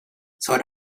sort